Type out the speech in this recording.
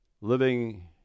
living